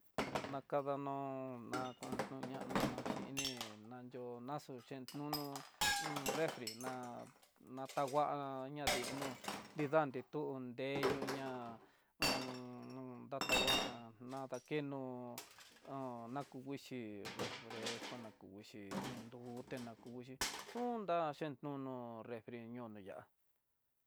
Nakano ñaku kuña na xhini nanyió naxó xhen nunú un refri ná nataguá, ña deno nidá nritu nreyú ña un datangua nadakenú ha nakukuxhi, refresco nakuxhi nduté nakuxhi xhundá xhekuno refri ñoniyá.